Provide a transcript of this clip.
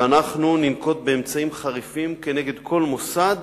ואנחנו ננקוט אמצעים חריפים כנגד כל מוסד